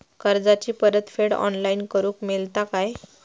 कर्जाची परत फेड ऑनलाइन करूक मेलता काय?